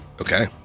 Okay